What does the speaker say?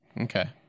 Okay